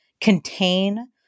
contain